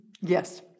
Yes